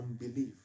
unbelief